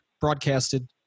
broadcasted